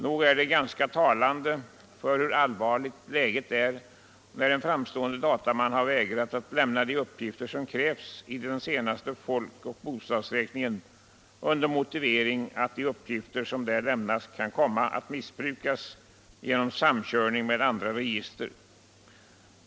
Nog är det ganska talande — och det visar hur allvarligt läget är — när en framstående dataman har vägrat att lämna de uppgifter som infordrats vid den senaste folk och bostadsräkningen under motiveringen att de uppgifter som där lämnas kan komma att missbrukas genom samkörning med andra dataregister.